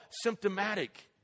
symptomatic